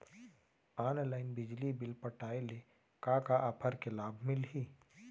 Online बिजली bill पटाय ले का का ऑफ़र के लाभ मिलही?